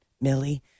Millie